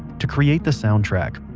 to create the soundtrack,